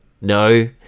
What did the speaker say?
no